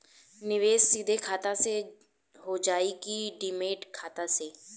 निवेश सीधे खाता से होजाई कि डिमेट खाता से?